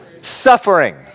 suffering